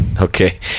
okay